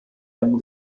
einem